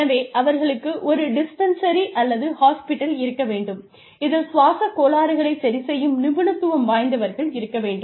எனவே அவர்களுக்கு ஒரு டிஸ்பென்சரி அல்லது ஹாஸ்பிடல் இருக்க வேண்டும் இதில் சுவாசக் கோளாறுகளை சரி செய்யும் நிபுணத்துவம் வாய்ந்தவர்கள் இருக்க வேண்டும்